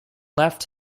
left